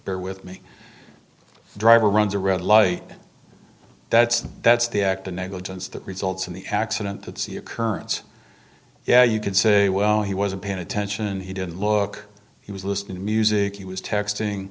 bear with me the driver runs a red light that's that's the act of negligence that results in the accident that see occurrence yeah you could say well he wasn't paying attention he didn't look he was listening to music he was texting